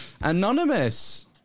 Anonymous